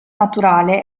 naturale